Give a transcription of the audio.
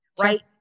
right